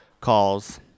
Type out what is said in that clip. calls